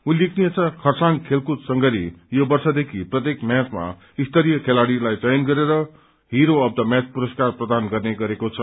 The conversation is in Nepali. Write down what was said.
उल्लेखनीय छ खरसाङ खेलकूद संघले यो वर्ष देखि प्रत्येक मैचमा स्तरिय खेलाड़ीलाई चयन गरेर हिरो अप द मैच पुरस्कार प्रदान गर्ने गरेको छ